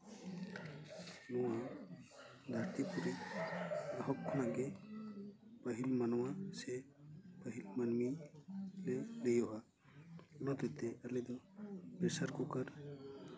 ᱱᱚᱣᱟ ᱫᱷᱟᱹᱨᱛᱤᱯᱩᱨᱤ ᱮᱦᱚᱵ ᱠᱷᱚᱱᱟᱜ ᱜᱮ ᱯᱟᱹᱦᱤᱞ ᱢᱟᱱᱣᱟ ᱥᱮ ᱯᱟᱹᱦᱤᱞ ᱢᱟᱹᱱᱢᱤ ᱞᱮ ᱞᱟᱹᱭᱟᱹᱜᱼᱟ ᱚᱱᱟ ᱠᱟᱛᱮ ᱟᱞᱮ ᱫᱚ ᱯᱨᱮᱥᱟᱨ ᱠᱩᱠᱟᱨ